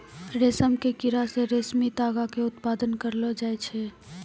रेशम के कीड़ा से रेशमी तागा के उत्पादन करलो जाय छै